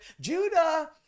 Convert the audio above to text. Judah